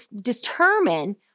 determine